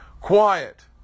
Quiet